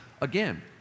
again